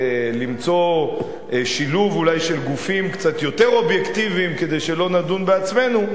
למצוא שילוב אולי של גופים קצת יותר אובייקטיביים כדי שלא נדון בעצמנו.